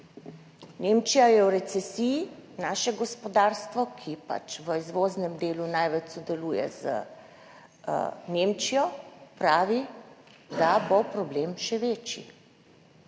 Nemčija je v recesiji, naše gospodarstvo, ki v izvoznem delu največ sodeluje z Nemčijo, pravi, da bo problem še večji.